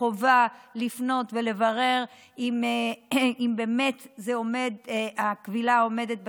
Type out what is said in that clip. חובה לפנות ולברר אם באמת הכבילה עומדת בתנאים.